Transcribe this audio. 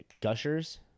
Gushers